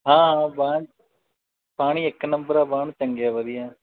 ਹਾਂ ਹਾਂ ਬਾਨ ਪਾਣੀ ਇੱਕ ਨੰਬਰ ਆ ਬਾਨ ਚੰਗੇ ਵਧੀਆ